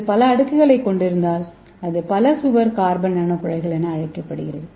இது பல அடுக்குகளைக் கொண்டிருந்தால் அது பல சுவர் கார்பன் நானோகுழாய்கள் என அழைக்கப்படுகிறது